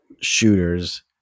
shooters